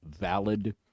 valid